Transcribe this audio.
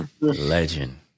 Legend